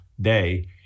day